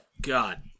God